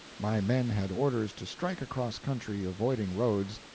my men had orders to strike across country, avoiding roads,